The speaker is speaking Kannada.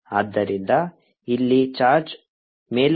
ಆದ್ದರಿಂದ ಇಲ್ಲಿ ಚಾರ್ಜ್ ಮೇಲಕ್ಕೆ ಚಲಿಸುತ್ತಿದೆ